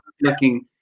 looking